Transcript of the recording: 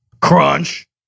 Crunch